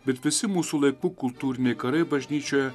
bet visi mūsų laikų kultūriniai karai bažnyčioje